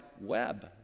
web